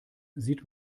sieht